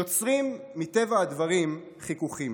יוצרים מטבע הדברים חיכוכים.